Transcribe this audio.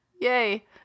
Yay